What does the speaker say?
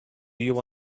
you